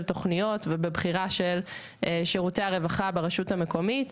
תוכניות ובבחירה של שירותי הרווחה ברשות המקומית.